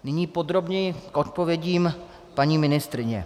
Nyní podrobněji k odpovědím paní ministryně.